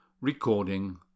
recording